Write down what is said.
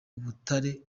umutare